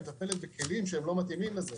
היא מטפלת בכלים שלא מתאימים לזה.